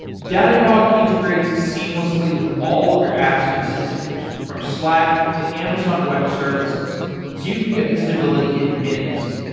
datadog integrates seamlessly with all of your apps and systems from slack, to amazon web services, so you can get visibility in minutes.